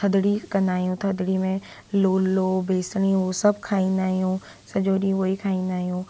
थधिड़ी कंदा आहियूं थधिड़ी में लोलो बेसणियूं सभु खाईंदा आहियूं सॼो ॾींहुं उहो ई खाईंदा आहियूं